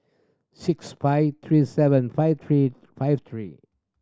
six five three seven five three five three